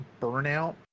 burnout